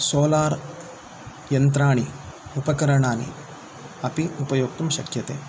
solar यन्त्राणि उपकरणानि अपि उपयोक्तुं शक्यते